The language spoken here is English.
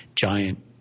giant